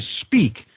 speak